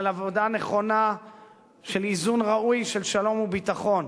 על עבודה נכונה של איזון ראוי של שלום וביטחון.